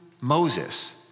Moses